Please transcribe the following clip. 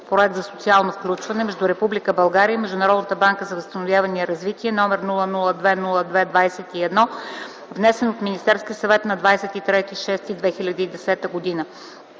(Проект за социално включване) между Република България и Международната банка за възстановяване и развитие, № 002-02-21, внесен от Министерския съвет на 23 юни 2010 г.